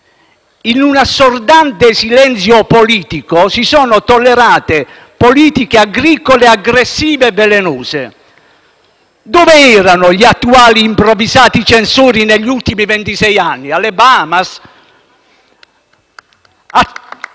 In un assordante silenzio politico, si sono tollerate pratiche agricole aggressive e velenose. Dove erano gli attuali improvvisati censori negli ultimi ventisei anni, alle Bahamas?